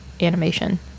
animation